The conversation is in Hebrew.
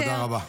תודה רבה.